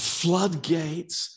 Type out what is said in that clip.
floodgates